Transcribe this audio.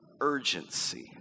urgency